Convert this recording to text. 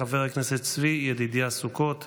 חבר הכנסת צבי ידידיה סוכות.